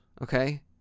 okay